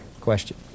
Question